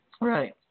Right